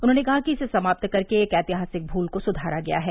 उन्होंने कहा कि इसे समाप्त करके एक ऐतिहासिक भूल को सुधारा गया है